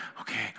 okay